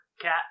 Cat